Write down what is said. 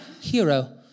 hero